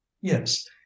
yes